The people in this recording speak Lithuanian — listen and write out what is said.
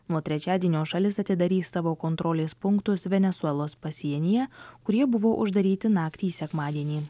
nuo trečiadienio šalis atidarys savo kontrolės punktus venesuelos pasienyje kurie buvo uždaryti naktį į sekmadienį